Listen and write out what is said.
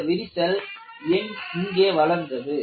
இந்த விரிசல் எங்கே வளர்ந்தது